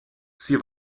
sie